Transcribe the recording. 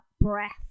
breath